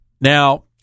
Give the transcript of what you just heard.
Now